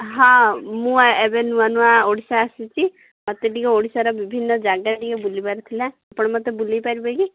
ହଁ ମୁଁ ଏବେ ନୂଆନୂଆ ଓଡ଼ିଶା ଆସିଛି ମୋତେ ଟିକେ ଓଡ଼ିଶାର ବିଭିନ୍ନ ଜାଗା ଟିକେ ବୁଲିବାର ଥିଲା ଆପଣ ମୋତେ ବୁଲାଇ ପାରିବେ କି